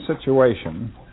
situation